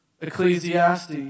Ecclesiastes